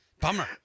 Bummer